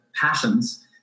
passions